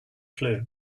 clue